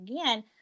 again